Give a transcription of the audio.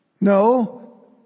No